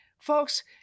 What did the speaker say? Folks